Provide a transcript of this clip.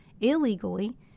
illegally